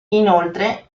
inoltre